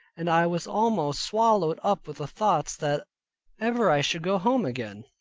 and i was almost swallowed up with the thoughts that ever i should go home again.